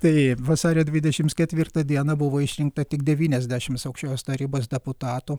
tai vasario dvidešimt ketvirtą dieną buvo išrinkta tik devyniasdešimt aukščiausios tarybos deputatų